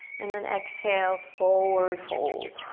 and then exhale, forward fold.